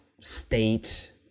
state